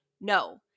No